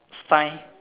sign